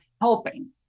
helping